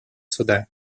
суда